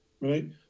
right